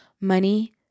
money